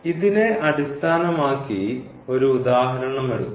ഇതിനെ അടിസ്ഥാനമാക്കി ഒരു ഉദാഹരണം എടുക്കുന്നു